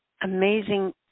amazing